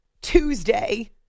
Tuesday